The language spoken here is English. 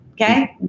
Okay